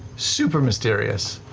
super mysterious.